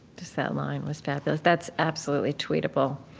just that line was fabulous. that's absolutely tweetable